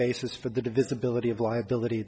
basis for the divisibility of liability